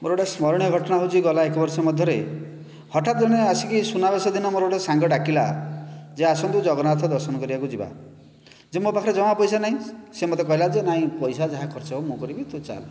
ମୋର ଗୋଟିଏ ସ୍ମରଣୀୟ ଘଟଣା ହେଉଛି ଗଲା ଏକ ବର୍ଷ ମଧ୍ୟରେ ହଠାତ୍ ଜଣେ ଆସିକି ସୁନାବେଶ ଦିନ ମୋର ଗୋଟିଏ ସାଙ୍ଗ ଡାକିଲା ଯେ ଆସନ୍ତୁ ଜଗନ୍ନାଥ ଦର୍ଶନ କରିବାକୁ ଯିବା ଯେ ମୋ ପାଖରେ ଜମା ପଇସା ନାହିଁ ସେ ମୋତେ କହିଲା ଯେ ନାହିଁ ପଇସା ଯାହା ଖର୍ଚ୍ଚ ହେବ ମୁଁ କରିବି ତୁ ଚାଲ୍